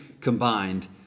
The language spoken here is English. combined